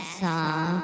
song